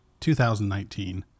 2019